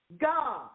God